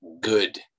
good